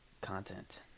content